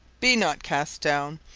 be not cast down,